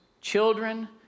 children